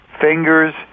fingers